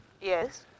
Yes